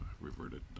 reverted